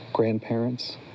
Grandparents